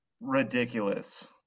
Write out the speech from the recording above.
Ridiculous